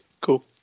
cool